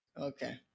Okay